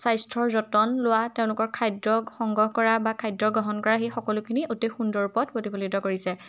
স্বাস্থ্যৰ যতন লোৱা তেওঁলোকৰ খাদ্য সংগ্ৰহ কৰা বা খাদ্য গ্ৰহণ কৰা সেই সকলোখিনি অতি সুন্দৰ ওপৰত প্ৰতিফলিত কৰিছে